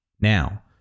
Now